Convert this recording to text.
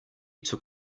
took